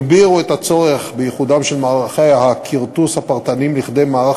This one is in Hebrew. הגבירו את הצורך באיחודם של מערכי הכרטוס הפרטניים לכדי מערך